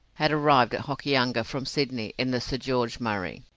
had arrived at hokianga from sydney in the sir george murray,